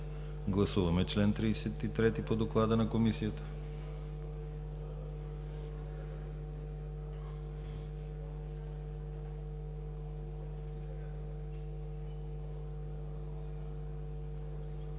Гласуваме чл. 29 по доклада на Комисията.